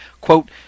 Quote